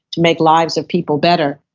to make lives of people better.